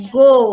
go